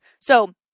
So-